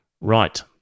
Right